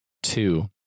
Two